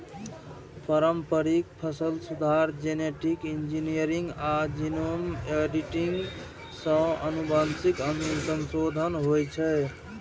पारंपरिक फसल सुधार, जेनेटिक इंजीनियरिंग आ जीनोम एडिटिंग सं आनुवंशिक संशोधन होइ छै